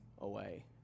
away